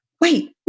wait